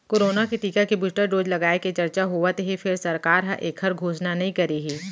corona के टीका के बूस्टर डोज लगाए के चरचा होवत हे फेर सरकार ह एखर घोसना नइ करे हे